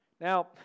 Now